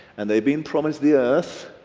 and they've been promised the earth,